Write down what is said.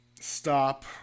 Stop